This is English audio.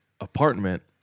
apartment